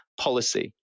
policy